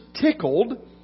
tickled